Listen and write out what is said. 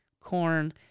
corn